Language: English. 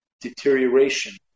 deterioration